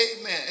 amen